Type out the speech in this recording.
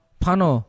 pano